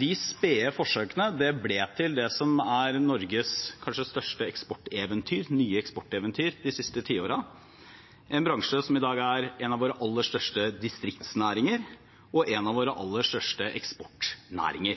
De spede forsøkene ble til det som er Norges kanskje største nye eksporteventyr de siste tiårene, en bransje som i dag er en av våre aller største distriktsnæringer, og en av våre aller største eksportnæringer.